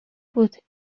بود